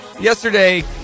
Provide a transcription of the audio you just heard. yesterday